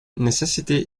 necessity